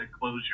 closure